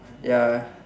ya